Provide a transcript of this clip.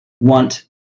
want